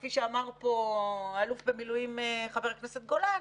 כפי שאמר פה האלוף במיל' חבר הכנסת גולן,